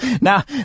now